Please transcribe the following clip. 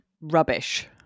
Rubbish